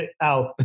out